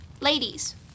Ladies